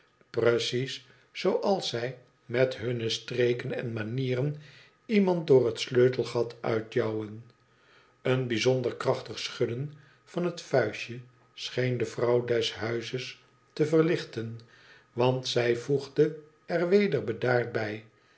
precies zooals zij met hunne streken en manieren land door het sleutelgat uitjouwen een bijzonder krachtig schudden van het vuistje scheen de vrouw des izes te verlichten want zij voegde er weder bedaard bij